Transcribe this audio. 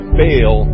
fail